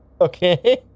Okay